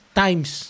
times